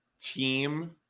team